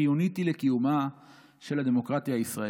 וחיונית היא לקיומה של הדמוקרטיה הישראלית.